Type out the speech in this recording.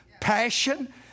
passion